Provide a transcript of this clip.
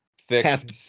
thick